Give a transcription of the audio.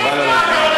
חבל על הזמן.